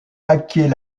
acquiert